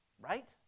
Right